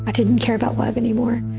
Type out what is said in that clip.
but didn't care about love anymore.